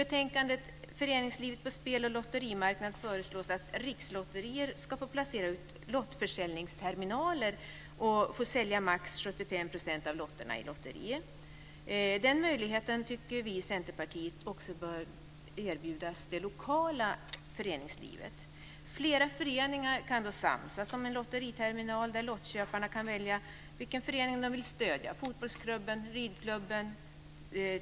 I betänkandet Föreningslivet på speloch lotterimarknaden föreslås att Rikslotterier ska få placera ut lottförsäljningsterminaler och få sälja max Den möjligheten tycker vi i Centerpartiet också bör erbjudas det lokala föreningslivet. Flera föreningar kan då samsas om en lotteriterminal där lottköparna kan välja vilken förening de vill stödja - fotbollsklubben, ridklubben,